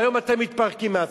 והיום אתם מתפרקים מעצמכם.